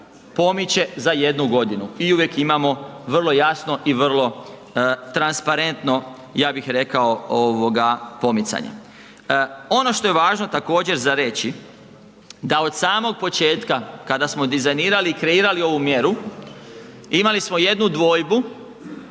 pomiče za 1.g. i uvijek imamo vrlo jasno i vrlo transparentno, ja bih rekao ovoga, pomicanje. Ono što je važno također za reći da od samog početka kada smo dizajnirali i kreirali ovu mjeru imali smo jednu dvojbu